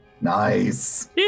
Nice